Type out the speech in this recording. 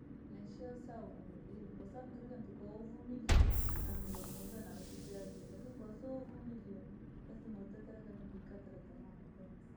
Maisha yoosaka uvumilivu, kwasababu kira kintuu kovumilia, namulungu nojavee anikuujaalia, lakini koo siovumilia lazima utetereke nokikatira tamaa mapema.